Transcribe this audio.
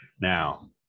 now